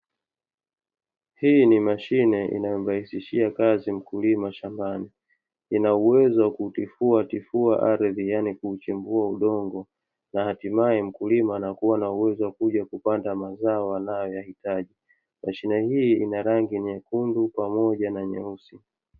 Hii ni mashine inayomrahisishia kazi mkulima shambani, ina uwezo wa kutifuatifua ardhi yaani kuchimbua udongo na hatimaye mkulima anakuwa na uwezo wa kuja kupanda mazao anayoyahitaji. Mashine hii ina rangi nyekundu pamoja na nyeusi.